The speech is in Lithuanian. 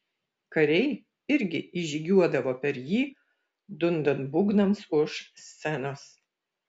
kariai irgi įžygiuodavo per jį dundant būgnams už scenos